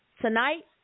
Tonight